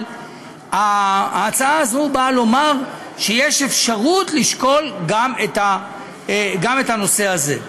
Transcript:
אבל ההצעה הזאת באה לומר שיש אפשרות לשקול גם את הנושא הזה.